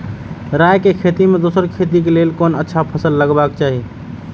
राय के खेती मे दोसर खेती के लेल कोन अच्छा फसल लगवाक चाहिँ?